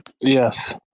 Yes